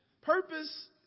Purpose